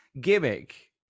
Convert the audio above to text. gimmick